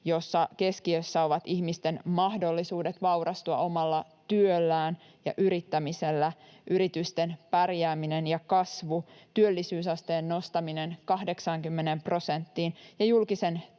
jossa keskiössä ovat ihmisten mahdollisuudet vaurastua omalla työllään ja yrittämisellä, yritysten pärjääminen ja kasvu, työllisyysasteen nostaminen 80 prosenttiin ja julkisen talouden